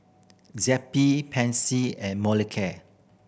Zappy Pansy and Molicare